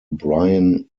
bryan